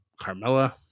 carmella